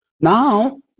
Now